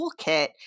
toolkit